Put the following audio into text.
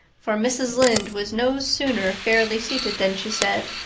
for mrs. lynde was no sooner fairly seated than she said,